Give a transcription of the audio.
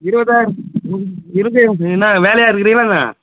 இருபதாயிரம் இருபதாயிரம் என்ன வேலையாக இருக்கிறீங்களா என்ன